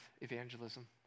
evangelism